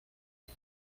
sus